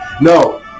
No